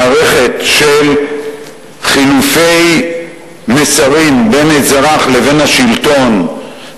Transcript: מערכת של חילופי מסרים בין אזרח לבין השלטון,